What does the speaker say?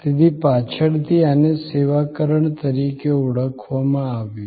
તેથી પાછળથી આને સેવાકરણ તરીકે ઓળખવામાં આવ્યું